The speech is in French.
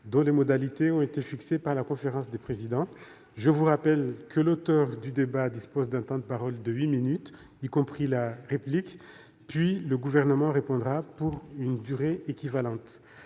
dont les modalités ont été fixées par la conférence des présidents. Je rappelle que l'auteur de la demande du débat dispose d'un temps de parole de huit minutes, puis le Gouvernement répond pour une durée équivalente.